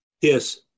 Yes